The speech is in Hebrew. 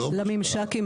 בממשק עם